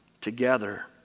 together